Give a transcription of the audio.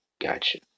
gotcha